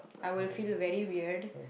I will feel very weird